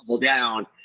down